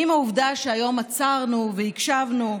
האם העובדה שהיום עצרנו והקשבנו,